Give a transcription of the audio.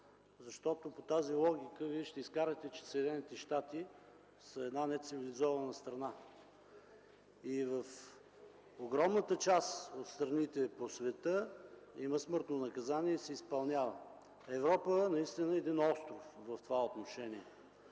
защото по тази логика Вие ще изкарате, че Съединените щати са нецивилизована страна. В огромната част от страните по света има смъртно наказание и се изпълнява. Европа наистина е остров в това отношение.